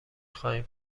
خواهیم